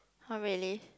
oh really